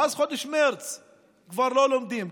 מאז חודש מרץ הם כבר לא לומדים,